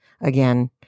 again